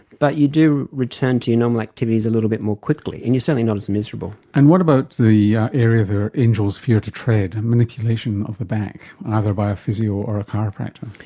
but you do return to your normal activities a little bit more quickly, and you are certainly not as miserable. and what about the yeah area where angels fear to tread, manipulation of the back, either by a physio or a chiropractor?